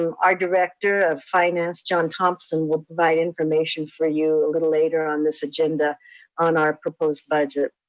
um our director of finance, john thompson, will provide information for you a little later on this agenda on our proposed budget.